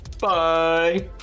Bye